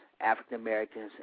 African-Americans